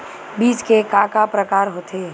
बीज के का का प्रकार होथे?